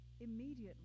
Immediately